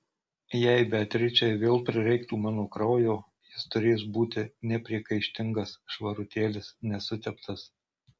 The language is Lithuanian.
jei beatričei vėl prireiktų mano kraujo jis turės būti nepriekaištingas švarutėlis nesuteptas